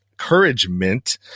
encouragement